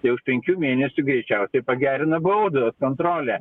tai už penkių mėnesių greičiausiai pagerina baudos kontrolė